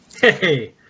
hey